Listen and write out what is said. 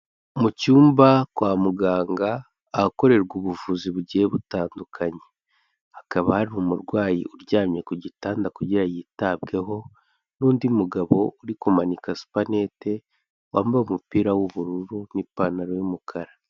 Mu cyumba kwa muganga ahakorerwa ubuvuzi bugiye butandukanye, hakaba hari umurwayi uryamye ku gitanda kugira yitabweho n'undi mugabo uri kumanika supanete wambaye umupira w'ubururu n'ipantaro y'umukara.